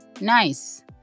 nice